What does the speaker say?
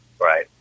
Right